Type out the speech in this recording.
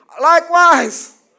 Likewise